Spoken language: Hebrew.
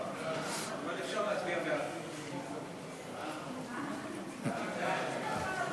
ההצעה להעביר את הצעת חוק המשכון, התשע"ה 2015,